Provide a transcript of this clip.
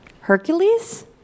Hercules